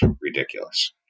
ridiculous